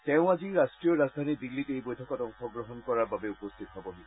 তেওঁ আজি ৰাষ্টীয় ৰাজধানী দিল্লীত এই বৈঠকত অংশগ্ৰহণ কৰাৰ বাবে উপস্থিত হ'বহি